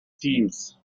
teams